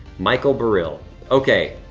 michael barill okay